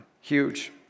huge